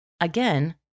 Again